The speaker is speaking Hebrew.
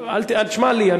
תשמע לי.